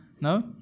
no